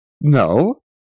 no